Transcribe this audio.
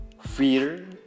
fear